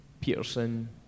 Peterson